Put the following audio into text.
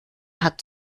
hat